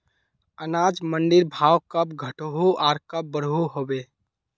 अनाज मंडीर भाव कब घटोहो आर कब बढ़ो होबे?